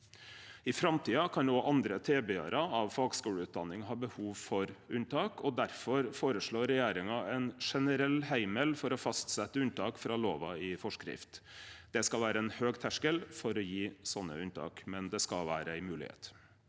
I framtida kan også andre tilbydarar av fagskuleutdanning ha behov for unntak, og difor føreslår regjeringa ein generell heimel for å fastsetje unntak frå lova i for skrift. Det skal vere ein høg terskel for å gje slike unntak, men det skal vere ei moglegheit.